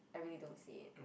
I really don't see it